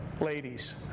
ladies